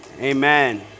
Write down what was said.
Amen